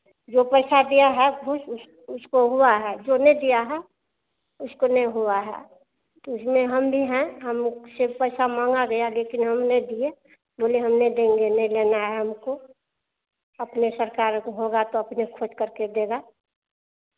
जो पैसा दिया है घूस उस उसको हुआ है जो नहीं दिया है उसको नहीं हुआ है तो उसमें हम भी हैं हम से पैसा माँगा गया लेकिन हम नहीं दिए बोले हम नहीं देंगे नहीं लेना है हमको अपने सरकार को होगा तो अपने खोज करके देगा